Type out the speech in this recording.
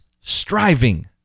striving